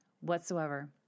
whatsoever